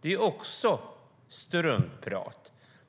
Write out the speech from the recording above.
Det är också struntprat.